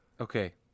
Okay